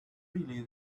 really